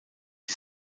die